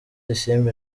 isimbi